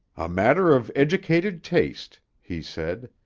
a matter of educated taste, he said.